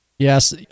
Yes